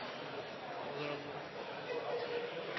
det er altså